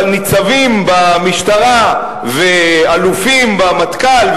אבל ניצבים במשטרה ואלופים במטכ"ל,